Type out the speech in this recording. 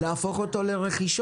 צריך להפוך אותו לרכישות,